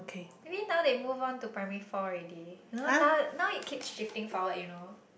maybe now they move on to primary four already you know now now it keeps shifting forward you know